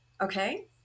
okay